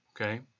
okay